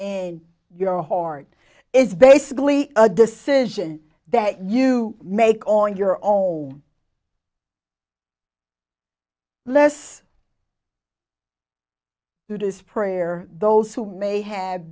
in your heart is basically a decision that you make on your own let's do this prayer those who may have